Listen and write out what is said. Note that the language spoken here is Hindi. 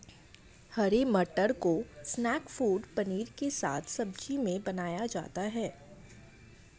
हरे मटर को स्नैक फ़ूड पनीर के साथ सब्जी में बनाया जाता है